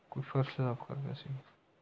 ਕੋਈ ਫਰਸ਼ ਸਾਫ ਕਰ ਰਿਹਾ ਸੀ